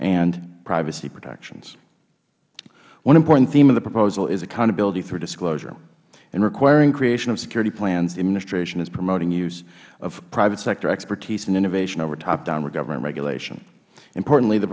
and privacy protection one important theme of the proposal is accountability through disclosure in requiring creating of security plans the administration is promoting use of private sector expertise and innovation over top down government regulation importantly the